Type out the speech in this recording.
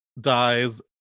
dies